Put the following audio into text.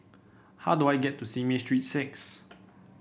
how do I get to Simei Street Six